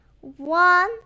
One